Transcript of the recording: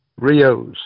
Rios